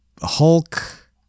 Hulk